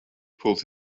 pulled